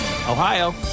Ohio